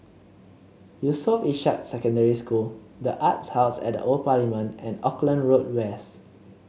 Yusof Ishak Secondary School the Arts House at The Old Parliament and Auckland Road West